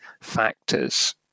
factors